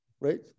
Right